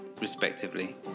respectively